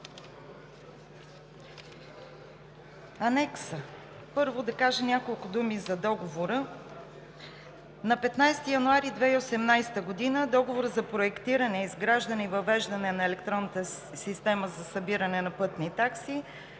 те? Първо, да кажа няколко думи за договора. На 15 януари 2018 г. Договорът за проектиране, изграждане и въвеждане на електронната система за събиране на пътни такси